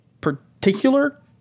particular